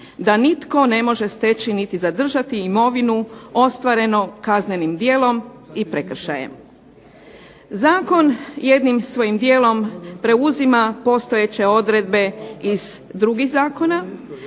da nitko ne može steći niti zadržati imovinu ostvarenu kaznenim djelom i prekršajem. Zakon jednim svojim dijelom preuzima postojeće odredbe iz drugih zakona,